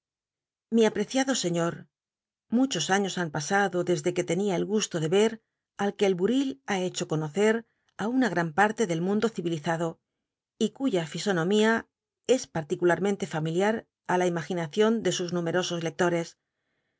mi apreciado sciíor lluchos aiíos han pasado desde que tenia el gusto de yci al ue el buril ha hecho conocer á ilizado y cuya fisouna gmn parte del mundo civilizado y cuya fisonomía es parliculmmenlc fami liat li la imaginacion de sus numerosos lcctores